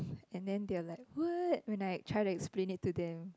and then they were like weird when I try to explain it to them